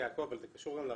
אבל זה קשור לרפורמה.